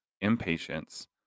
impatience